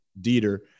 Dieter